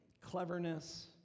cleverness